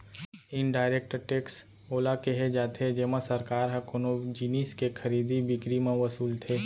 indirect tax ओला केहे जाथे जेमा सरकार ह कोनो जिनिस के खरीदी बिकरी म वसूलथे